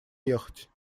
ехать